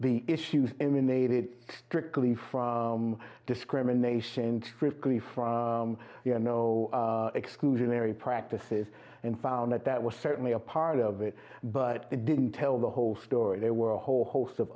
the issues him unaided strictly from discrimination strictly from you know exclusionary practices and found that that was certainly a part of it but it didn't tell the whole story there were a whole host of